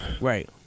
Right